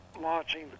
launching